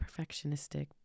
perfectionistic